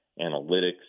analytics